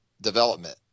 development